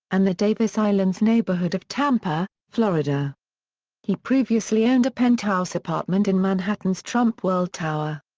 and the davis islands neighborhood of tampa, florida he previously owned a penthouse apartment in manhattan's trump world tower.